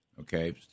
Okay